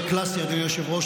היושב-ראש,